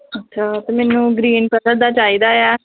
ਅੱਛਾ ਅਤੇ ਮੈਨੂੰ ਗ੍ਰੀਨ ਕਲਰ ਦਾ ਚਾਹੀਦਾ ਹੈ